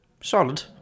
Solid